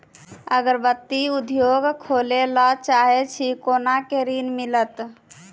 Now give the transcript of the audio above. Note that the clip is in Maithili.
अगरबत्ती उद्योग खोले ला चाहे छी कोना के ऋण मिलत?